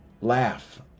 laugh